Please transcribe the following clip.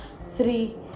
three